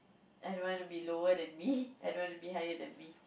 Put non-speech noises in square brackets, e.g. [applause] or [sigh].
I don't want to be lower than me [laughs] I don't want to be higher than me